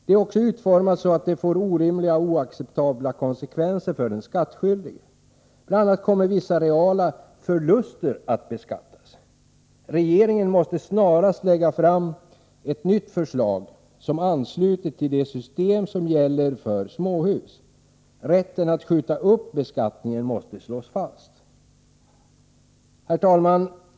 Det är också utformat så att det får orimliga och oacceptabla konsekvenser för den skattskyldige. Bl.a. kommer vissa reala förluster att beskattas. Regeringen måste snarast lägga fram ett nytt förslag, som ansluter till det system som gäller för småhus. Rätten att skjuta upp beskattningen måste slås fast. Herr talman!